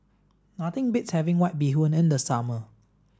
nothing beats having white bee Hoon in the summer